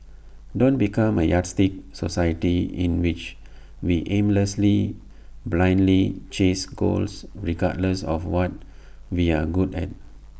don't become A yardstick society in which we aimlessly blindly chase goals regardless of what we're good at